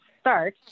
start